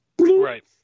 Right